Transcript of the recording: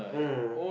hmm